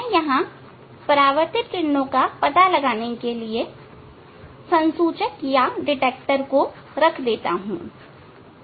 मैं यहां परावर्तित किरणों का पता लगाने के लिए सनसूचक रख देता हूं